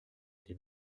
des